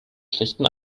schlechten